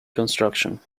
construction